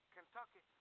Kentucky